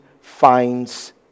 finds